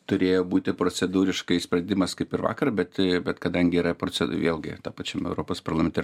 turėjo būti procedūriškai sprendimas kaip ir vakar bet bet kadangi yra proce vėlgi tam pačiam europos parlamente